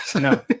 No